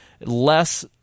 Less